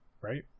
Right